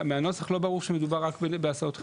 מהנוסח לא ברור שמדובר רק בהסעות חירום.